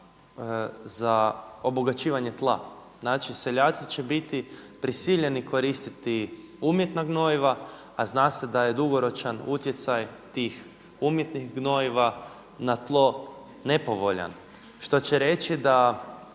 za obogaćivanje tla. Znači seljaci će biti prisiljeni koristiti umjetna gnojiva, a zna se da je dugoročna utjecaj tih umjetnih gnojiva na tlo nepovoljan, što će reći da